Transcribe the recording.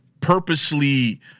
purposely